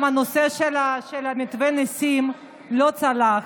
גם הנושא של מתווה המיסים לא צלח.